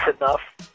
enough